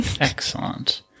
Excellent